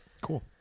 Cool